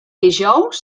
dijous